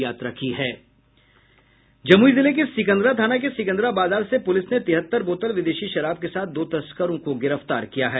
जमुई जिले के सिकन्दरा थाना के सिकन्दरा बाजार से पुलिस ने तिहत्तर बोतल विदेशी शराब के साथ दो तस्करों को गिरफ्तार किया है